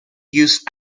used